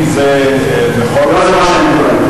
לא זה מה שאני טוען.